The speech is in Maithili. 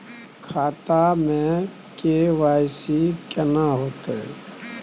खाता में के.वाई.सी केना होतै?